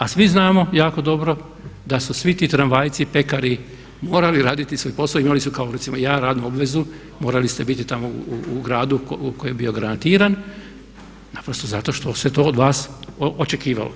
A svi znamo jako dobro da su svi ti tramvajci, pekari morali raditi svoj posao, imali su kao recimo ja radnu obvezu, morali ste biti tamo u gradu koji je bio granatiran naprosto zato što se to od vas očekivalo.